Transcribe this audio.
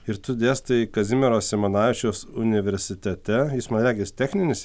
ir tu dėstai kazimiero simonavičiaus universitete jis man regis techninis